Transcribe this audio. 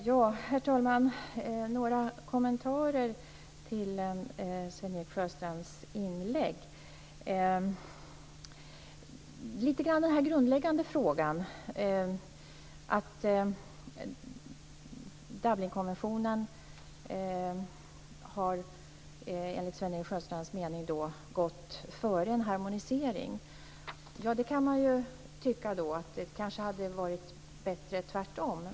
Herr talman! Jag har några kommentarer till Sven Erik Sjöstrands inlägg. Den grundläggande frågan är kanske lite grann detta att Dublinkonventionen, enligt Sven-Erik Sjöstrands mening, har gått före en harmonisering. Man kan kanske tycka att det hade varit bättre om det hade varit tvärtom.